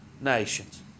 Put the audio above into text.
nations